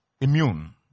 immune